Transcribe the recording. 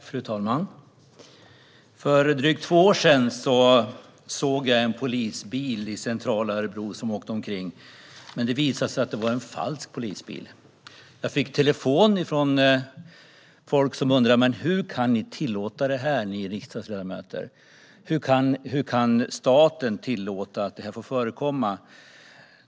Fru talman! För drygt två år sedan såg jag en polisbil som åkte omkring i centrala Örebro, men det visade sig att det var en falsk polisbil. Jag fick telefon från folk som undrade: Hur kan ni tillåta det här, ni riksdagsledamöter? Hur kan staten tillåta att detta får förekomma?